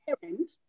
parent